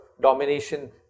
domination